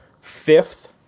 fifth